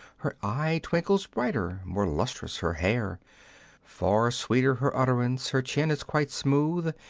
her eye twinkles brighter, more lustrous her hair far sweeter her utterance, her chin is quite smooth,